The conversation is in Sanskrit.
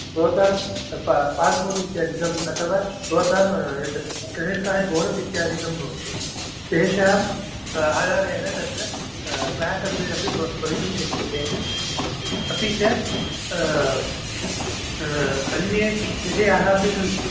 भवतां पा पास्पोर्ट् इत्यादिकम् अथवा भवतां यत् क्रेडिट् कार्ड् बोनस् इत्यादिकं भवति तेषाम् आधारेण तत्र क्लास् अप्ग्रेड् अपि भवि भवितुम् शक्यते अपि च अन्ये विषयाः अपि सन्ति